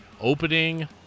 Opening